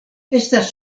estas